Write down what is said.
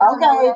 Okay